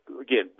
again